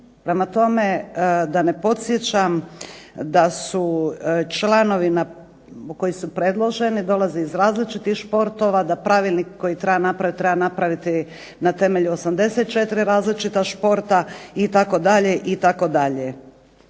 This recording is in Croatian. Prema tome, da ne podsjećam da su članovi koji su predloženi dolaze iz različitih športova, da Pravilnik koji treba napraviti, treba napraviti na temelju 84 različita športa itd.